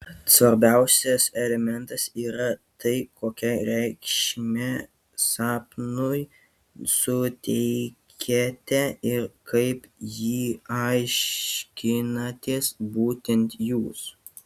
svarbiausias elementas yra tai kokią reikšmę sapnui suteikiate ir kaip jį aiškinatės būtent jūs